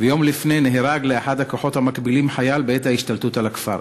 ויום לפני נהרג באחד הכוחות המקבילים חייל בעת ההשתלטות על הכפר.